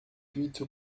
huit